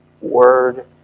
Word